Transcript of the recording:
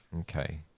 Okay